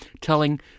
telling